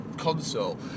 console